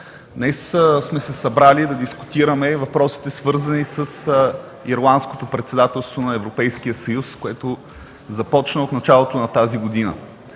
Днес сме се събрали да дискутираме въпросите, свързани с Ирландското председателство на Европейския съюз, което започна от началото на тази година.